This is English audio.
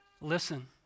listen